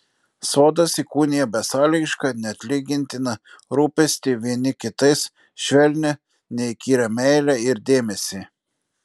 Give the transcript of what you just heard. sodas įkūnija besąlygišką neatlygintiną rūpestį vieni kitais švelnią neįkyrią meilę ir dėmesį